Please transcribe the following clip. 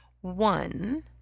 One